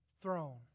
throne